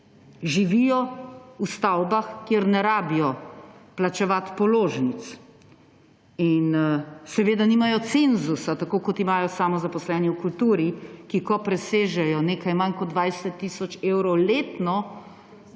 Živijo v stavbah, kjer ne rabijo plačevati položnic, seveda nimajo cenzusa, tako kot imajo samozaposleni v kulturi, ki ko presežejo nekaj manj kot 20 tisoč evrov letno,